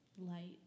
light